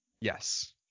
Yes